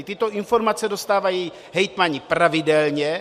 Tyto informace dostávají hejtmani pravidelně.